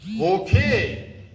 Okay